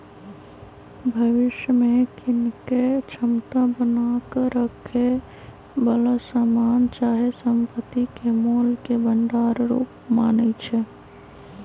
भविष्य में कीनेके क्षमता बना क रखेए बला समान चाहे संपत्ति के मोल के भंडार रूप मानइ छै